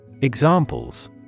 Examples